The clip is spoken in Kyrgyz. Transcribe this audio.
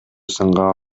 сынга